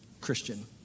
Christian